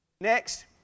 Next